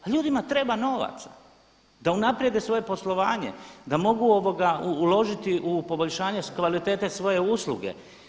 Ljudima treba novaca da unaprijede svoje poslovanje, da mogu uložiti u poboljšanje kvalitete svoje usluge.